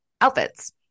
outfits